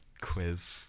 quiz